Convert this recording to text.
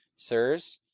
sirs,